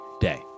day